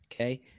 Okay